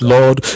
Lord